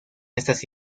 estas